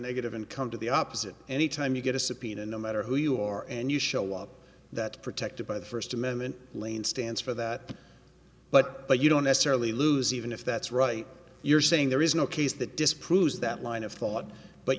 negative and come to the opposite any time you get a subpoena no matter who you are and you show up that protected by the first amendment lane stands for that but but you don't necessarily lose even if that's right you're saying there is no case that disproves that line of thought but